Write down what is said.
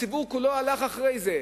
הציבור כולו הלך אחרי זה.